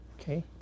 okay